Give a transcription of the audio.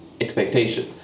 expectation